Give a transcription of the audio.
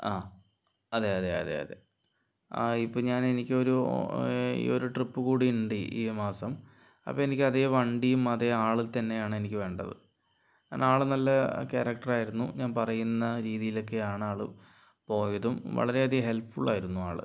ആ അതെ അതെ അതെ അതെ ഈ ഇപ്പോൾ ഞാൻ എനിക്ക് ഒരു ഈ ഒരു ട്രിപ്പ് കൂടി ഉണ്ട് ഈ മാസം അപ്പോൾ എനിക്ക് അതേ വണ്ടിയും അതേ ആള് തന്നെയാണ് എനിക്ക് വേണ്ടത് കാരണം ആള് നല്ല ക്യാരക്ടർ ആയിരുന്നു ഞാൻ പറയുന്ന രീതിയിലൊക്കെയാണ് ആള് പോയതും വളരെയധികം ഹെല്പ്ഫുള്ളായിരുന്നു ആള്